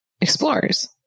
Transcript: explorers